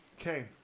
Okay